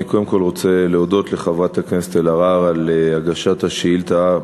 אני קודם כול רוצה להודות לחברת הכנסת אלהרר על הגשת השאילתה.